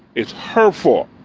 it's her fault.